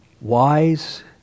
wise